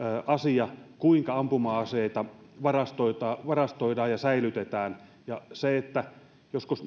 asia kuinka ampuma aseita varastoidaan varastoidaan ja säilytetään ja muistan että kun joskus